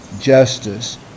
justice